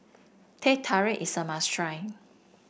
Teh Tarik is a must try